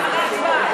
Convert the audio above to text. אחרי ההצבעה.